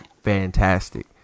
fantastic